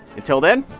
until then,